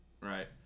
right